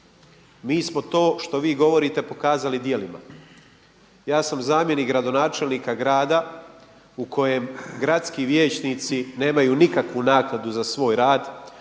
Mi smo to što vi govorite pokazali djelima. Ja sam zamjenik gradonačelnika grada u kojem gradski vijećnici nemaju nikakvu naknadu za svoj rad,